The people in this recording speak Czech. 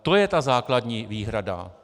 To je ta základní výhrada.